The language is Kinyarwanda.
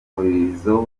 umurizo